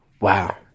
Wow